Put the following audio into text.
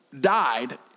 died